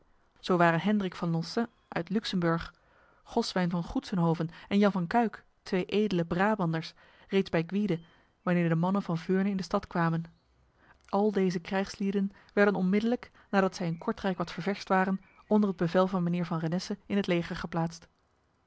zo waren hendrik van loncin uit luxemburg goswyn van goetsenhoven en jan van cuyck twee edele brabanders reeds bij gwyde wanneer de mannen van veurne in de stad kwamen al deze krijgslieden werden onmiddellijk nadat zij in kortrijk wat ververst waren onder het bevel van mijnheer van renesse in het leger geplaatst